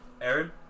Aaron